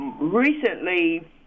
recently